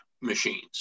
machines